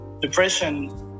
depression